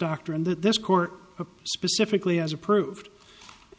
that this court specifically has approved